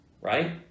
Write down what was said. right